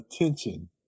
attention